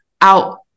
out